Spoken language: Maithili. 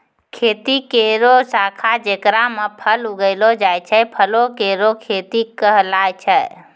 खेती केरो शाखा जेकरा म फल उगैलो जाय छै, फलो केरो खेती कहलाय छै